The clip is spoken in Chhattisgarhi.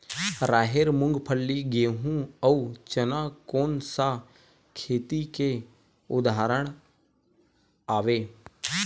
राहेर, मूंगफली, गेहूं, अउ चना कोन सा खेती के उदाहरण आवे?